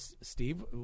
Steve